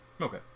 Okay